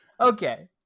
Okay